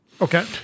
Okay